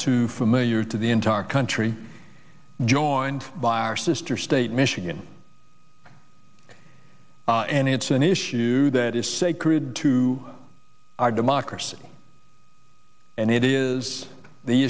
too familiar to the entire country joined by our sister state michigan and it's an issue that is sacred to our democracy and it is the